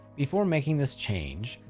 before making this change,